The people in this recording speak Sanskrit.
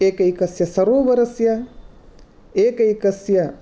एकैकस्य सरोवरस्य एकैकस्य